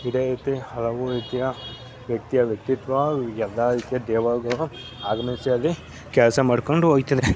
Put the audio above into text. ಇದೇ ರೀತಿ ಹಲವು ರೀತಿಯ ವ್ಯಕ್ತಿಯ ವ್ಯಕ್ತಿತ್ವ ಎಲ್ಲ ರೀತಿಯ ದೇವರುಗಳು ಆಗಮಿಸಿ ಅಲ್ಲಿ ಕೆಲಸ ಮಾಡ್ಕೊಂಡು ಹೋಗ್ತದೆ